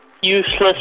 useless